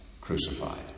crucified